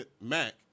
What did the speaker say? Mac